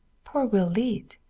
poor will leete.